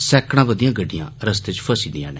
सैकड़ा बधियां गड़िडयां रस्ते च फसी दियां न